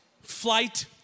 flight